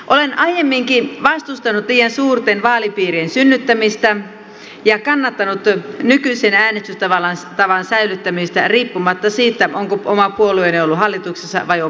olen aiemminkin vastustanut liian suurten vaalipiirien synnyttämistä ja kannattanut nykyisen äänestystavan säilyttämistä riippumatta siitä onko oma puolueeni ollut hallituksessa vai oppositiossa